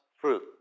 fruit